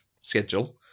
schedule